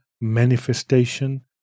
manifestation